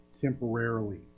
temporarily